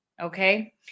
Okay